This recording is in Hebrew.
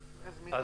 בבקשה, גברתי,